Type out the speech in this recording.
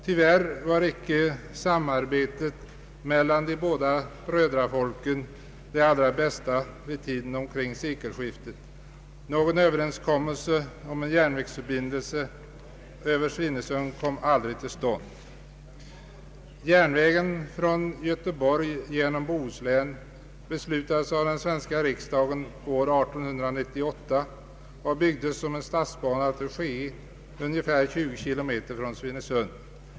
Tyvärr var samarbetet mellan de båda brödrafolken icke det allra bästa vid tiden omkring sekelskiftet. Någon överenskommelse om en järnvägsförbindelse över Svinesund kom aldrig till stånd. bana till Skee ungefär 20 kilometer från Svinesund.